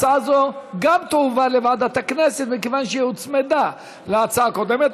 הצעה זו גם תועבר לוועדת הכנסת מכיוון שהיא הוצמדה להצעה הקודמת,